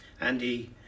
Andy